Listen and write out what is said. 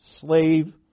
slave